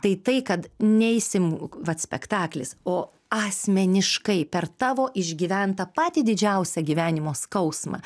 tai tai kad neisim vat spektaklis o asmeniškai per tavo išgyventą patį didžiausią gyvenimo skausmą